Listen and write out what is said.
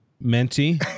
Menti